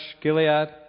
Gilead